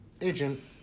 agent